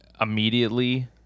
immediately